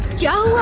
your